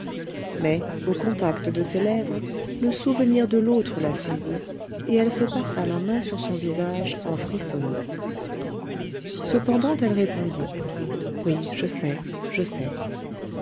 mais au contact de ses lèvres le souvenir de l'autre la saisit et elle se passa la main sur son visage en frissonnant cependant elle répondit oui je sais je sais